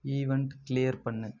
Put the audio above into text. event clear பண்ணு